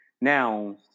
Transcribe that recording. Now